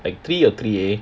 like three or three A